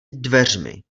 dveřmi